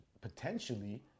potentially